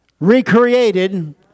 recreated